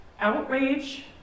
outrage